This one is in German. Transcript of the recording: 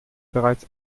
bereits